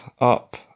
up